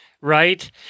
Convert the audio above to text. Right